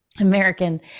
American